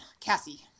Cassie